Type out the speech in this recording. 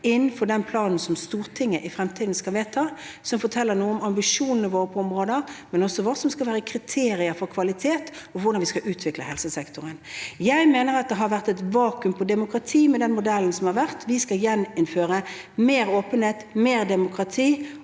– etter den planen som Stortinget i fremtiden skal vedta, som vil fortelle om ambisjonene våre på området, og som skal gi kriterier for kvalitet og for hvordan vi skal utvikle helsesektoren. Jeg mener at det har vært et vakuum i demokratiet med den modellen som har vært. Vi skal gjeninnføre mer åpenhet, mer demokrati